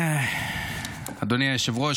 אדוני היושב-ראש,